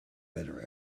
better